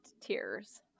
tears